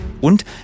Und